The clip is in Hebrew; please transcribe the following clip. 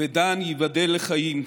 ודן, ייבדל לחיים,